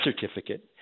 certificate